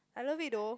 I love it though